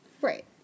Right